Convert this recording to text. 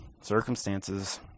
circumstances